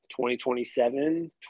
2027